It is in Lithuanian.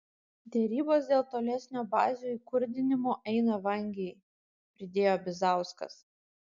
derybos dėl tolesnio bazių įkurdinimo eina vangiai pridėjo bizauskas